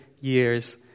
years